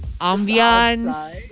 ambience